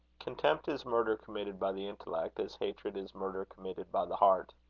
contempt is murder committed by the intellect, as hatred is murder committed by the heart.